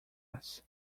mess